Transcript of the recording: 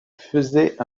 faisait